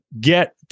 get